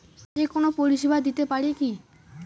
যে কোনো পরিষেবা দিতে পারি কি?